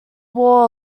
wore